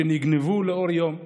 שנגנבו לאור יום.